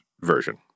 version